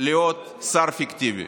לעוד שר פיקטיבי.